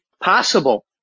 possible